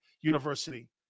university